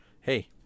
hey